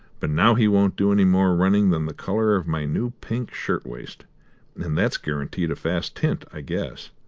but now he won't do any more running than the colour of my new pink shirt-waist and that's guaranteed a fast tint, i guess.